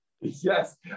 Yes